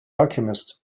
alchemist